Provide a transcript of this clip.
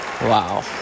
Wow